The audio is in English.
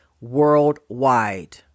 worldwide